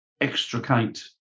extricate